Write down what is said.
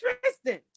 tristan